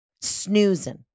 snoozing